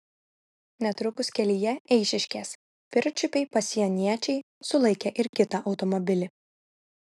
netrukus kelyje eišiškės pirčiupiai pasieniečiai sulaikė ir kitą automobilį